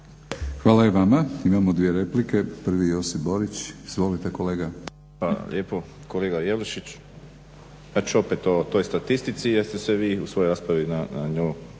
Hvala i vama. Imamo dvije replike. Prvi je Josip Borić. Izvolite kolega.